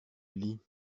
lit